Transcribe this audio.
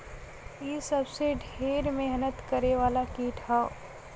इ सबसे ढेर मेहनत करे वाला कीट हौ